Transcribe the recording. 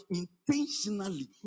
intentionally